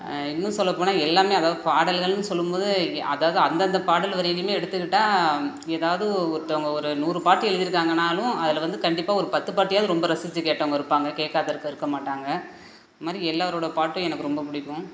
இன்னும் சொல்லப்போனால் எல்லாமே அதாவது பாடல்கள்ன்னு சொல்லும்போது அதாவது அந்தந்த பாடல் வரியிலையுமே எடுத்துக்கிட்டால் எதாவது ஒருத்தவங்க ஒரு நூறு பாட்டு எழுதிருக்காங்கன்னாலும் அதில் வந்து கண்டிப்பாக ஒரு பத்து பாட்டையாவது ரொம்ப ரசிச்சு கேட்டவங்க இருப்பாங்க கேட்காதருக்க இருக்கமாட்டாங்க இதுமாதிரி எல்லாரோட பாட்டும் எனக்கு ரொம்ப பிடிக்கும்